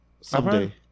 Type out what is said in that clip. Someday